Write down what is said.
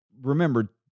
remember